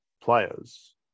players